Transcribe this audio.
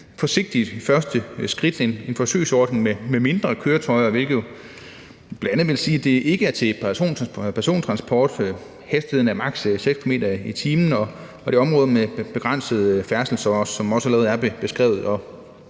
forsigtigt første skridt, en forsøgsordning med mindre køretøjer, hvilket jo bl.a. vil sige, at det ikke er til persontransport. Hastigheden er maks. 6 km/t., og det er på områder med begrænset færdsel, hvilket allerede er beskrevet.